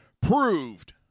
proved